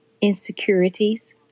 Insecurities